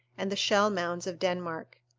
and the shell-mounds of denmark.